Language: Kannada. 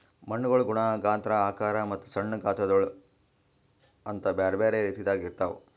ಮಣ್ಣುಗೊಳ್ ಗುಣ, ಗಾತ್ರ, ಆಕಾರ ಮತ್ತ ಸಣ್ಣ ಗಾತ್ರಗೊಳ್ ಅಂತ್ ಬ್ಯಾರೆ ಬ್ಯಾರೆ ರೀತಿದಾಗ್ ಇರ್ತಾವ್